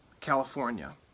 California